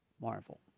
Marvel